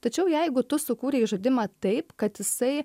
tačiau jeigu tu sukūrei žaidimą taip kad jisai